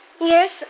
Yes